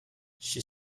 she